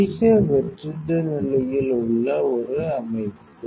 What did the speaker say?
அதிக வெற்றிட நிலையில் உள்ள ஒரு அமைப்பு